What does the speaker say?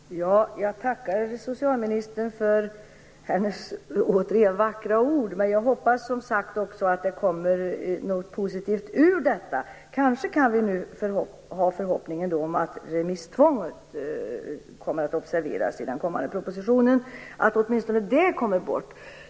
Herr talman! Jag tackar återigen socialministern för hennes vackra ord, men jag hoppas också, som sagt var, att det kommer något positivt ur detta. Kanske kan vi nu ha förhoppningen att remisstvånget kommer att observeras i den kommande propositionen, så att åtminstone det kommer bort.